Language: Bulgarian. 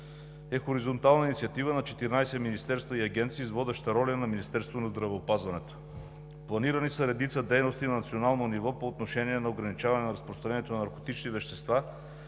е хоризонтална инициатива на 14 министерства и агенции с водеща роля на Министерството на здравеопазването. Планирани са редица дейности на национално ниво по отношение на ограничаване на разпространението на наркотични вещества